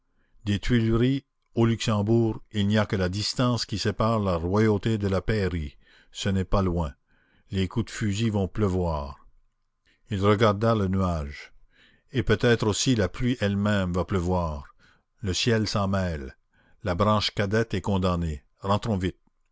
des tuileries au luxembourg il n'y a que la distance qui sépare la royauté de la pairie ce n'est pas loin les coups de fusil vont pleuvoir il regarda le nuage et peut-être aussi la pluie elle-même va pleuvoir le ciel s'en mêle la branche cadette est condamnée rentrons vite